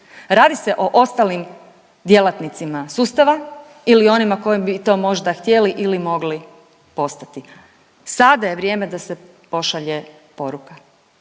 radi se o ostalim djelatnicima sustava ili onima koji bi to možda htjeli ili mogli postati. Sada je vrijeme da se pošalje poruka